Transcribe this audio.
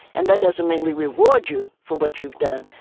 and that doesn't mean we reward you for what you've done,